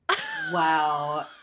Wow